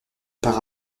par